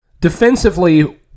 defensively